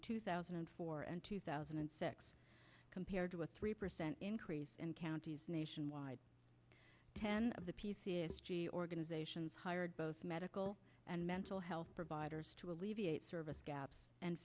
two thousand and four and two thousand and six compared to a three percent increase in counties nationwide ten of the organizations hired both medical and mental health providers to alleviate service gaps and